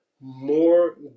more